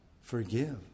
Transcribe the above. forgive